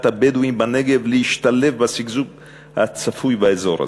הבדואים בנגב להשתלב בשגשוג הצפוי באזור הזה.